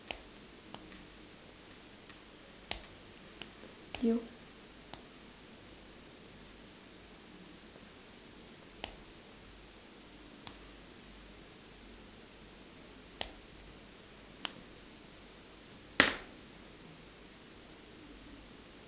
you